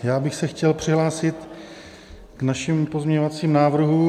Já bych se chtěl přihlásit k našim pozměňovacím návrhům.